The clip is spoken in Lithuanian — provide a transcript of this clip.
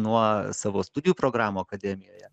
nuo savo studijų programų akademijoje